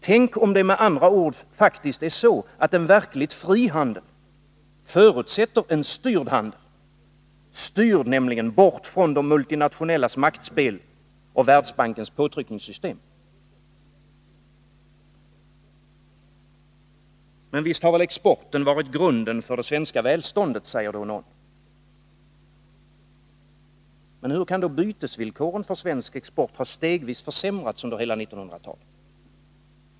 Tänk om det med andra ord faktiskt är så, att en verkligt fri handel förutsätter en styrd handel, nämligen styrd bort från de multinationellas maktspel och Världsbankens påtryckningssystem. Men visst har väl exporten varit grunden för det svenska välståndet? säger någon. Hur kan då bytesvillkoren för svensk export stegvis ha försämrats under hela 1900-talet?